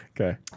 Okay